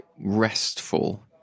restful